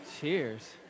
Cheers